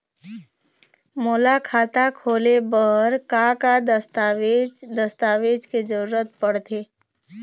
मोला खाता खोले बर का का दस्तावेज दस्तावेज के जरूरत पढ़ते?